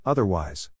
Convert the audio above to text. Otherwise